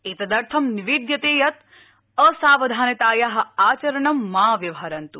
एतदर्थं निवेद्यते यत् असावधानताया आचरणं मा व्यवहरन्त्